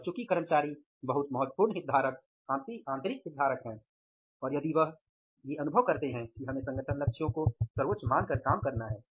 और चूकी कर्मचारी बहुत महत्वपूर्ण हितधारक आंतरिक हितधारक हैं और यदि वे यह अनुभव करते हैं कि हमें संगठन लक्ष्य को सर्वोच्च मानकर काम करना है